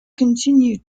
continued